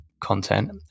content